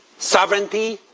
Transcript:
sovereignty,